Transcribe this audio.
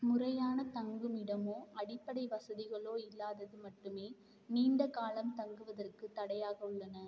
முறையான தங்குமிடமோ அடிப்படை வசதிகளோ இல்லாதது மட்டுமே நீண்ட காலம் தங்குவதற்குத் தடையாக உள்ளன